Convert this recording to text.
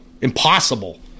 Impossible